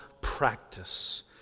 practice